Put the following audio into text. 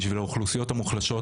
בשביל האוכלוסיות המוחלשות.